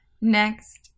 next